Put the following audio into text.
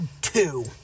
two